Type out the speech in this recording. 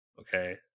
okay